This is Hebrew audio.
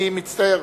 אני מצטער.